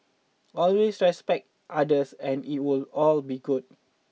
always respect others and it would all will be good